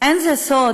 אין זה סוד